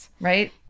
Right